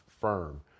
firm